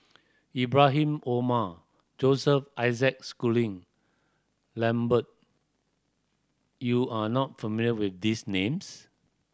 Ibrahim Omar Joseph Isaac Schooling Lambert you are not familiar with these names